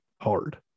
hard